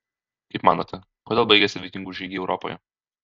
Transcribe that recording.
kaip manote kodėl baigėsi vikingų žygiai europoje